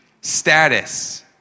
status